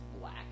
black